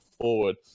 forward